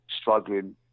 struggling